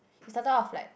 we started out of like